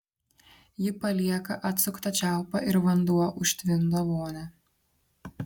ji palieka atsuktą čiaupą ir vanduo užtvindo vonią